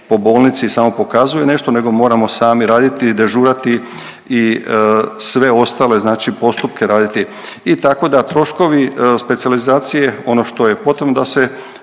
po bolnici i samo pokazuje nešto nego moramo sami raditi i dežurati i sve ostale znači postupke raditi i tako da troškovi specijalizacije, ono što je potrebno da se